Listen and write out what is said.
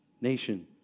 nation